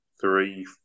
three